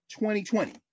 2020